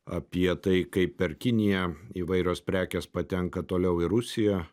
apie tai kaip per kiniją įvairios prekės patenka toliau į rusiją